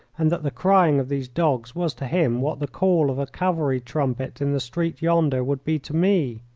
and that the crying of these dogs was to him what the call of a cavalry trumpet in the street yonder would be to me.